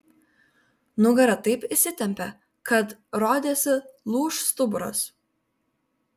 nugara taip įsitempė kad rodėsi lūš stuburas